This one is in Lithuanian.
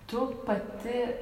tu pati